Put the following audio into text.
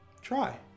Try